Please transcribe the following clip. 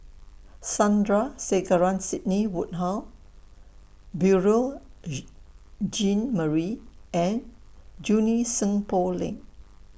Sandrasegaran Sidney Woodhull Beurel Jean Marie and Junie Sng Poh Leng